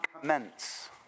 commence